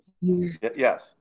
yes